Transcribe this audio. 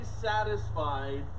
satisfied